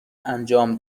انجام